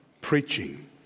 preaching